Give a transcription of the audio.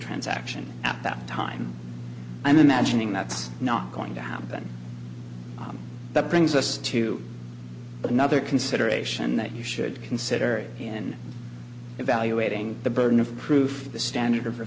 transaction at that time i'm imagining that's not going to happen but brings us to another consideration that you should consider in evaluating the burden of proof the standard